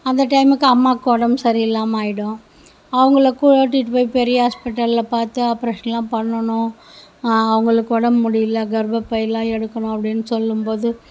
அந்த டைம்க்கு அம்மாக்கு உடம்பு சரியில்லாமல் ஆயிடும் அவங்கள கூட்டிகிட்டு போய் பெரிய ஹாஸ்பிட்டலில் பார்த்து ஆப்பரேஷன்லாம் பண்ணனும் அவங்களுக்கு உடம்பு முடியிலை கர்பப்பைலாம் எடுக்கணும் அப்படின்னு சொல்லும்போது